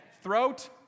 throat